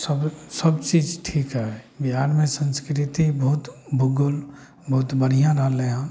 सब सब चीज ठीक हइ बिहारमे संस्कृति बहुत भूगोल बहुत बढ़िआँ रहलय हँ